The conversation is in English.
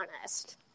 honest